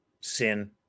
sin